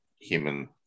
human